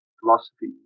philosophy